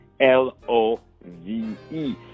L-O-V-E